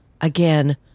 again